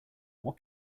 what